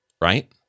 right